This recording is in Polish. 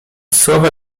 słowa